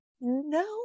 No